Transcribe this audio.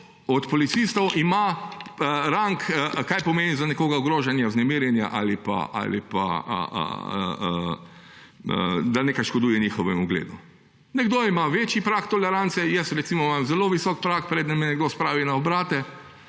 od policistov ima rang, kaj pomeni za nekoga ogrožanje, vznemirjanje ali pa da nekaj škoduje njihovemu ugledu. Nekdo ima večji prag tolerance, jaz recimo imam zelo visok prag, preden me nekdo spravi na obrate,